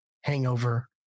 hangover